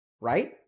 Right